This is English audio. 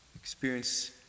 experience